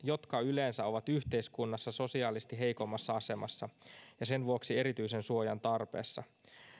jotka yleensä ovat yhteiskunnassa sosiaalisesti heikommassa asemassa ja sen vuoksi erityisen suojan tarpeessa